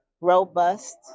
robust